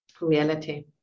reality